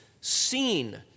seen